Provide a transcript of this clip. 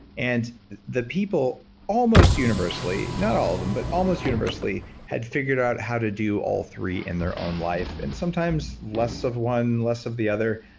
and the people almost universally, not all of them, but almost universally had figured out how to do all three in their own life and sometimes less of one, less of the other,